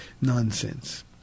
nonsense